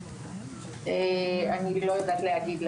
אני לא יודעת להגיד לך.